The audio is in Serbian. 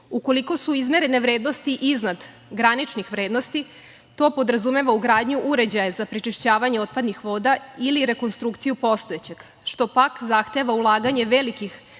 su izmerene vrednosti iznad graničnih vrednosti, to podrazumeva ugradnju uređaja za prečišćavanje otpadnih voda ili rekonstrukciju postojećeg, što pak zahteva ulaganje velikih